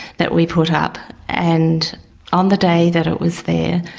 that we put up. and on the day that it was there,